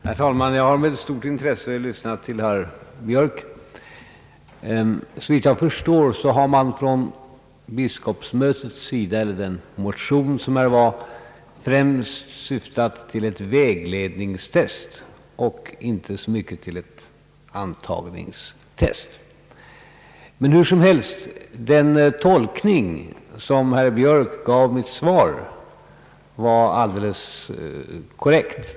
Herr talman! Jag har med stort intresse lyssnat till herr Björk. Såvitt jag förstår har man i den motion som avlämnades till biskopsmötet främst syftat till ett vägledningstest och inte så mycket till ett antagningstest. Men hur som helst — den tolkning som herr Björk gav mitt svar var alldeles korrekt.